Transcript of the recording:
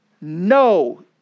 no